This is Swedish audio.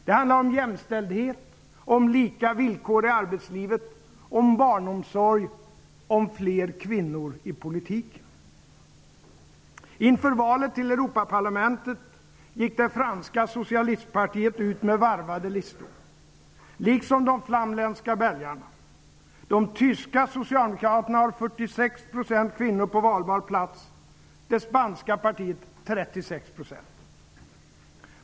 Det handlar om jämställdhet, om lika villkor i arbetslivet, om barnomsorg och om fler kvinnor i politiken. Inför valet till Europaparlamentet gick det franska socialistpartiet ut med varvade listor, liksom de flamländska belgarna. De tyska socialdemokraterna har 46 % kvinnor på valbar plats, de spanska 36 %.